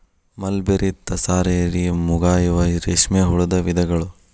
mulberry, tasar, eri, muga ಇವ ರೇಶ್ಮೆ ಹುಳದ ವಿಧಗಳು